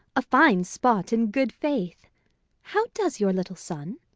a fine spot, in good faith how does your little son?